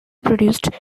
produced